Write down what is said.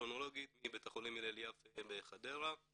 אנדוקרינולוגית מבית החולים הלל יפה בחדרה,